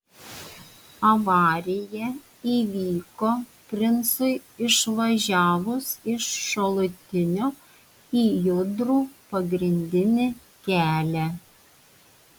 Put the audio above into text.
avarija įvyko princui išvažiavus iš šalutinio į judrų pagrindinį kelią